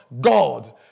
God